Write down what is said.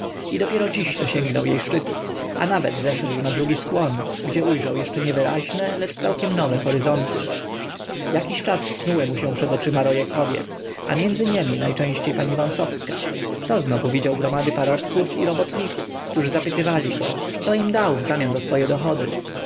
i dopiero dziś dosięgnął jej szczytów a nawet zeszedł na drugi skłon gdzie ujrzał jeszcze niewyraźne lecz całkiem nowe horyzonty jakiś czas snuły mu się przed oczyma roje kobiet a między niemi najczęściej pani wąsowska to znowu widział gromady parobków i robotników którzy zapytywali go com im dał wzamian za swoje dochody